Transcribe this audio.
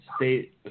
State